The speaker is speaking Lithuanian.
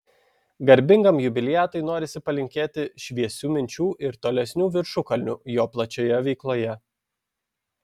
garbingam jubiliatui norisi palinkėti šviesių minčių ir tolesnių viršukalnių jo plačioje veikloje